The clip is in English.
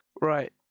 Right